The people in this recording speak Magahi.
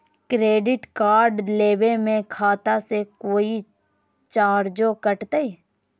क्रेडिट कार्ड लेवे में खाता से कोई चार्जो कटतई?